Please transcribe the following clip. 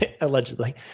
Allegedly